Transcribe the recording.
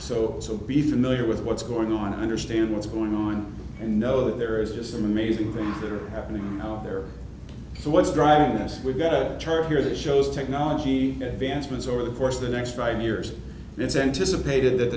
so so be familiar with what's going on and understand what's going on and know that there is just amazing things that are happening out there so what's driving this we've got a chart here that shows technology advancements over the course of the next five years it's anticipated that